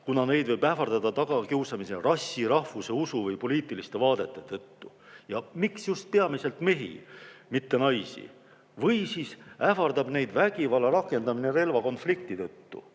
kuna neid võib ähvardada tagakiusamine rassi, rahvuse, usu või poliitiliste vaadete tõttu? Ja miks just peamiselt mehi, mitte naisi? Või siis ähvardab neid vägivalla rakendamine relvakonflikti tõttu?